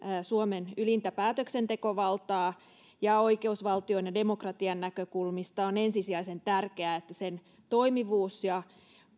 suomen ylintä päätöksentekovaltaa ja oikeusvaltion ja demokratian näkökulmista on ensisijaisen tärkeää että sen toimivuus ja